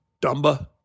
Dumba